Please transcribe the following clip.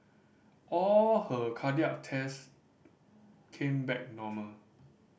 all her cardiac test came back normal